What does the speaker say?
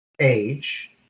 age